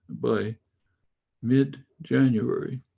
by mid january,